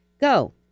go